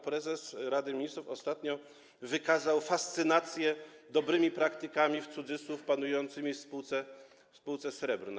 Prezes Rady Ministrów ostatnio wykazał fascynację dobrymi praktykami, w cudzysłowie, panującymi w spółce Srebrna.